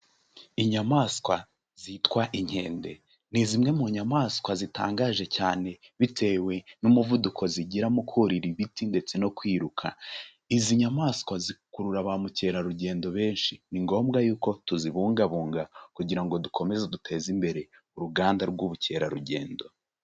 Inyamaswa zitwa inkende ni zimwe mu nyamaswa zitangaje cyane bitewe n'umuvuduko zigira mu kurira ibiti ndetse no kwiruka, izi nyamaswa zikurura ba mukerarugendo benshi, ni ngombwa y'uko tuzibungabunga kugira ngo dukomeze duteze imbere uruganda rw'ubukerarugendo.